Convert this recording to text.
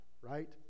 right